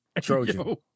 Trojan